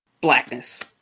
blackness